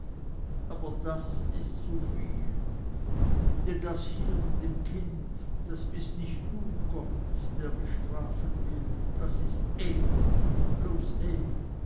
aber das ist zuviel denn das hier mit dem kinde das bist nicht du gott der mich strafen will das ist er bloß er